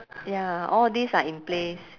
ya all this are in place